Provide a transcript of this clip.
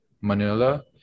Manila